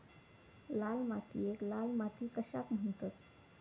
लाल मातीयेक लाल माती कशाक म्हणतत?